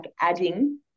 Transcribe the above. adding